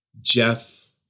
Jeff